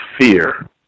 fear